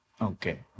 okay